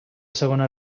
segona